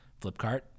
Flipkart